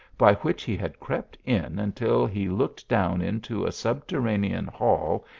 by which he had crept in until he looked down into a subterranean hall,